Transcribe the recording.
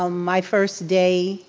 um my first day